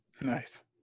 nice